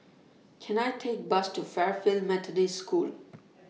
Can I Take A Bus to Fairfield Methodist School